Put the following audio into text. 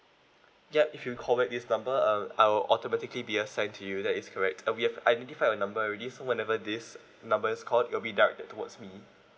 yup if you call back this number uh I will automatically be assigned to you that is correct uh we have identify your number already so whenever this number is called it will be directed towards me